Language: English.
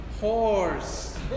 Horse